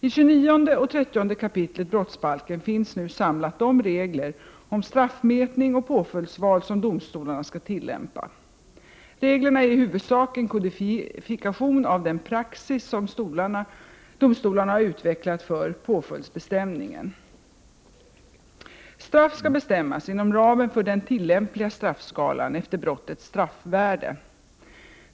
I 29 och 30 kap. brottsbalken finns nu samlat de regler om straffmätning och påföljdsval som domstolarna skall tillämpa. Reglerna är i huvudsak en kodifikation av den praxis som domstolarna har utvecklat för påföljdsbestämningen. Straff skall bestämmas inom ramen för den tillämpliga straffskalan efter brottets straffvärde.